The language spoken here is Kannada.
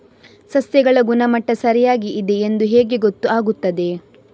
ಸಸ್ಯಗಳ ಗುಣಮಟ್ಟ ಸರಿಯಾಗಿ ಇದೆ ಎಂದು ಹೇಗೆ ಗೊತ್ತು ಆಗುತ್ತದೆ?